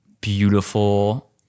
beautiful